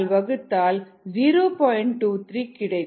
23 கிடைக்கும்